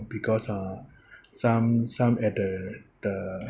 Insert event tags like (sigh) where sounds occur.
because uh (breath) some some at the the